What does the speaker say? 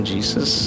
Jesus